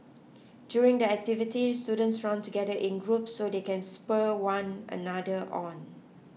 during the activity students run together in groups so they can spur one another on